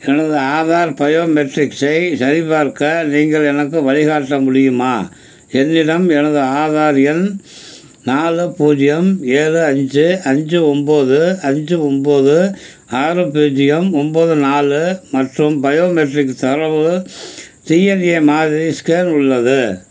எனது ஆதார் பயாமெட்ரிக்ஸை சரிபார்க்க நீங்கள் எனக்கு வழிகாட்ட முடியுமா என்னிடம் எனது ஆதார் எண் நாலு பூஜ்ஜியம் ஏழு அஞ்சு அஞ்சு ஒம்பது அஞ்சு ஒம்பது ஆறு பூஜ்ஜியம் ஒம்பது நாலு மற்றும் பயோமெட்ரிக் தரவு சிஎன்டிஏ மாதிரி ஸ்கேன் உள்ளது